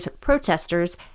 protesters